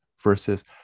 versus